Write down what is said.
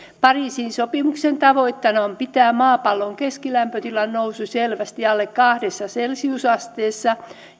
pariisin sopimuksen tavoitteena on pitää maapallon keskilämpötilan nousu selvästi alle kahdessa celsiusasteessa